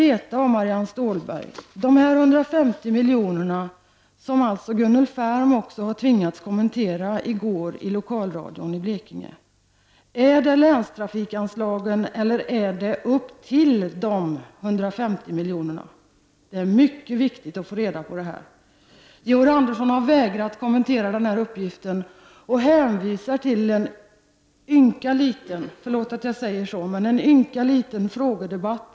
Beträffande de här 150 miljonerna, som Gunnel Färm tvingades kommentera i går i lokalradion i Blekinge, vill jag ha ett besked: Är det länstrafikanslaget, eller är det ytterligare 150 miljoner? Det är mycket viktigt att få veta hur det förhåller sig. Georg Andersson har vägrat kommentera detta. Han hänvisar till en — förlåt att jag säger det — ynka frågedebatt.